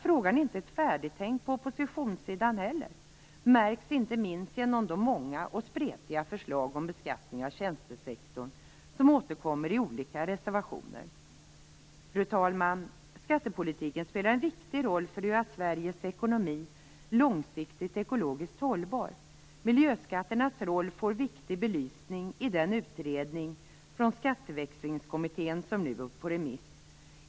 Frågan är inte färdigtänkt på oppositionssidan heller. Det märks inte minst genom de många och spretiga förslag om beskattning av tjänstesektorn som återkommer i olika reservationer. Fru talman! Skattepolitiken spelar en viktig roll för att göra Sveriges ekonomi långsiktigt ekologiskt hållbar. Miljöskatternas roll får en viktig belysning i den utredning från Skatteväxlingskommittén som nu är på remiss.